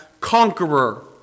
conqueror